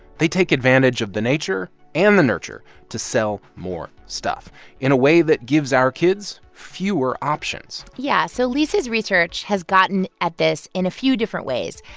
they take advantage of the nature and the nurture to sell more stuff in a way that gives our kids fewer options yeah, so lisa's research has gotten at this in a few different ways.